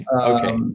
Okay